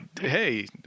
hey